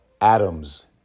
atoms